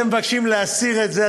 אתם מבקשים להסיר את זה?